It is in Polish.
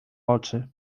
oczy